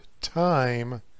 time